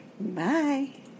Bye